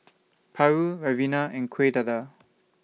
Paru Ribena and Kueh Dadar